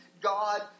God